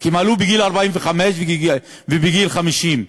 הם עלו בגיל 45 ובגיל 50,